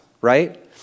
right